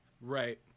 Right